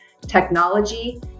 technology